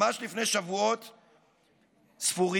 ממש לפני שבועות ספורים,